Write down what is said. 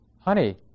honey